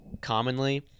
commonly